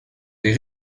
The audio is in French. des